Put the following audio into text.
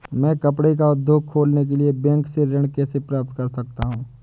मैं कपड़े का उद्योग खोलने के लिए बैंक से ऋण कैसे प्राप्त कर सकता हूँ?